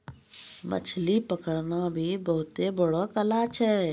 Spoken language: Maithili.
मछली पकड़ना भी बहुत बड़ो कला छै